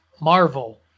Marvel